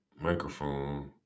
microphone